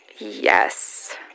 Yes